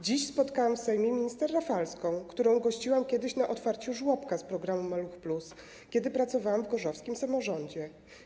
Dziś spotkałam w Sejmie minister Rafalską, którą gościłam na otwarciu żłobka z programu „Maluch+”, kiedy pracowałam w gorzowskim samorządzie.